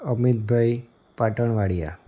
Amitbhai Patanwadia